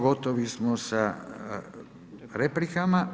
Gotovi smo sa replikama.